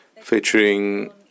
featuring